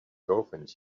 dolphins